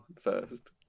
first